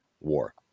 war